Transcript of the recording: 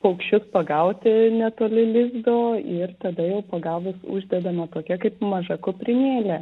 paukščius pagauti netoli lizdo ir tada jau pagavus uždedama tokia kaip maža kuprinėlė